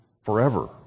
forever